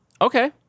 Okay